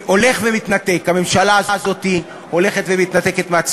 וכשתבוא הממשלה היא תחליט שאין לזה מקום